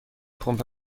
پمپ